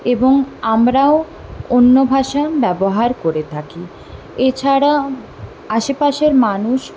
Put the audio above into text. এবং আমরাও অন্য ভাষা ব্যবহার করে থাকি এছাড়া আশেপাশের মানুষ